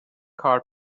کار